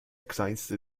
kleinste